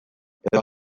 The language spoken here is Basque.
edo